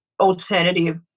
alternative